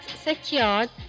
secured